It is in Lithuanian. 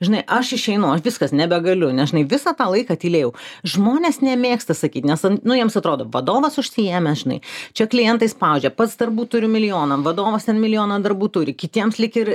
žinai aš išeinu aš viskas nebegaliu nes žinai visą tą laiką tylėjau žmonės nemėgsta sakyti nes nu jiems atrodo vadovas užsiėmęs žinai čia klientai spaudžia pats darbų turiu milijoną vadovas ten milijoną darbų turi kitiems lyg ir